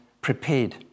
prepared